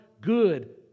good